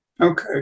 Okay